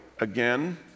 again